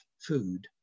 food